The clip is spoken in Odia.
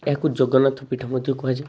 ଏହାକୁ ଜଗନ୍ନାଥ ପୀଠ ମଧ୍ୟ କୁହାଯାଏ